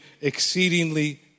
exceedingly